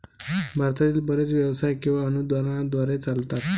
भारतातील बरेच व्यवसाय केवळ अनुदानाद्वारे चालतात